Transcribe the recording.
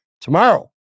tomorrow